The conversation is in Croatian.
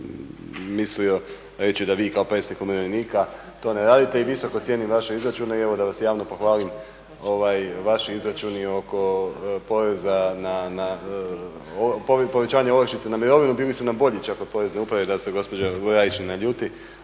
mislio reći da vi kao predsjednik umirovljenika to ne radite i visoko cijenim vaše izračune. I evo da vas javno pohvalim vaši izračuni oko poreza na povećanje olakšice na mirovinu bili su nam bolji čak od Porezne uprave da se gospođa …/Govornik